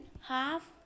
half